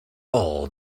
all